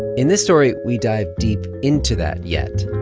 in this story, we dive deep into that yet